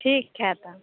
ठीक है तब